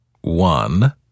One